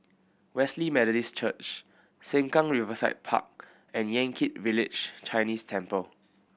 Wesley Methodist Church Sengkang Riverside Park and Yan Kit Village Chinese Temple